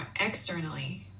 externally